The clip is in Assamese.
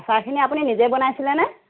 আচাৰখিনি আপুনি নিজে বনাইছিল নে